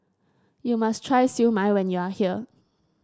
you must try Siew Mai when you are here